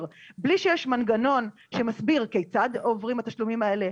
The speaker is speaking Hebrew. בלי שיש מנגנון שמסביר כיצד עוברים התשלומים האלה,